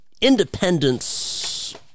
independence